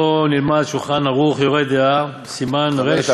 בוא נלמד "שולחן ערוך", יורה דעה, סימן רנ"ג.